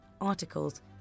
articles